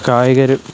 കായികർ